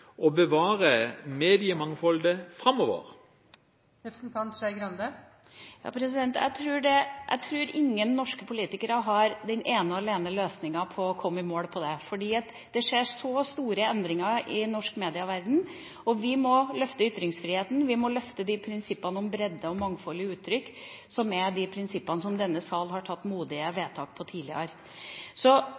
å bevare mediemangfoldet framover? Jeg tror ingen norske politikere har ene og alene én løsning for å komme i mål med dette. Det skjer store endringer i norsk medieverden, og vi må løfte ytringsfriheten, vi må løfte de prinsippene om bredde og mangfold i uttrykk som denne sal har gjort modige vedtak om tidligere.